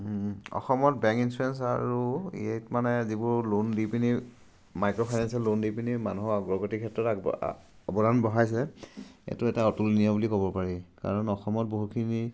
অসমত bank insurance আৰু ইয়াত মানে যিবোৰ লোন দি পিনি মাইক্ৰ' ফাইনেঞ্চিয়েল লোন দি পিনি মানুহৰ আগ্ৰগতিৰ ক্ষেত্ৰত আগ অৱদান বঢ়াইছে এইটো এটা অতুলনীয় বুলি ক'ব পাৰি কাৰণ অসমত বহুখিনি